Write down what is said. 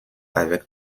avec